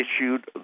issued